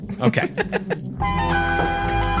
Okay